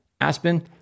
Aspen